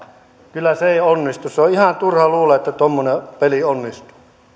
vai se ei kyllä onnistu se on ihan turha luulla että tuommoinen peli onnistuu